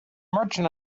merchant